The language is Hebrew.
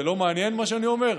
זה לא מעניין, מה שאני אומר?